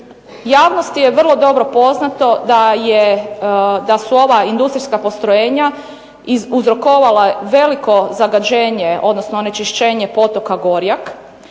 Javnosti je vrlo dobro poznato da su ova industrijska postrojenja uzrokovala veliko zagađenje, odnosno onečišćenje potoka Gorjak